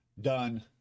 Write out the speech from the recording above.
Done